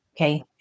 Okay